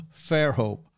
Fairhope